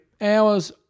hours